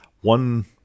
one